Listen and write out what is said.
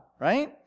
right